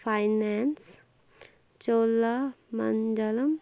finance Chola مَنڈلَم